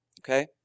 Okay